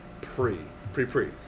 pre-pre-pre